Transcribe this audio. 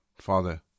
Father